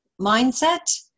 mindset